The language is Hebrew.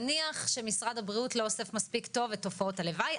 נניח שמשרד הבריאות לא אוסף מספיק טוב את תופעות הלוואי,